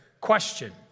question